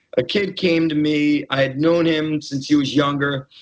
a kid came to me. i had known him since he was younger.